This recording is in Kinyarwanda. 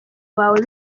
wawe